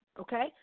okay